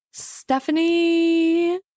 Stephanie